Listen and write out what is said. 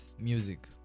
music